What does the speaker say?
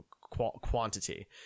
quantity